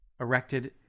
Erected